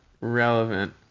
relevant